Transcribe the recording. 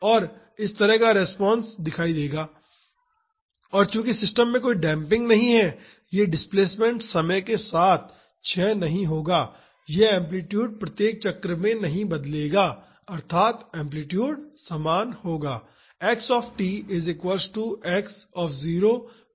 और इस तरह का रिस्पांस दिखाई देगा और चूंकि सिस्टम में कोई डेम्पिंग नहीं है यह डिस्प्लेसमेंट समय के साथ क्षय नहीं होगा यह एम्पलीटूड प्रत्येक चक्र में नहीं बदलेगा अर्थात एम्पलीटूड समान होगा